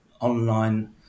online